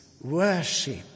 worship